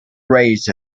rays